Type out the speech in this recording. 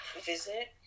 visit